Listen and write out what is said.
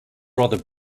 rather